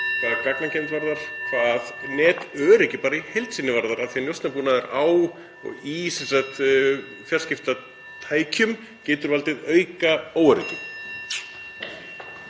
hvað gagnageymd varðar, hvað netöryggi í heild sinni varðar af því að njósnabúnaður í fjarskiptatækjum getur valdið aukaóöryggi.